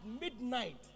midnight